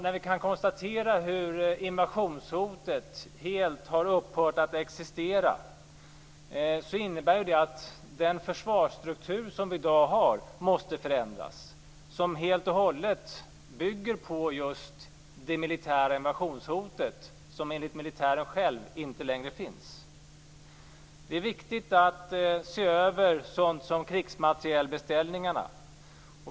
När vi kan konstatera hur invasionshotet helt har upphört att existera innebär det att den försvarsstruktur som vi i dag har måste förändras, eftersom den helt och hållet bygger på just det militära invasionshot som enligt militären inte längre finns. Det är viktigt att se över sådant som krigsmaterielbeställningarna.